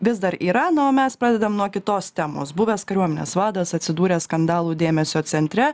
vis dar yra na o mes pradedam nuo kitos temos buvęs kariuomenės vadas atsidūrė skandalų dėmesio centre